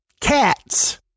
cats